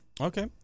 Okay